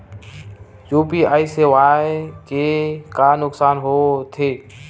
UPI सेवाएं के का नुकसान हो थे?